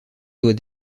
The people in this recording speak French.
doit